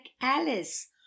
alice